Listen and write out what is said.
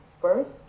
first